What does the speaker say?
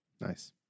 Nice